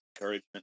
encouragement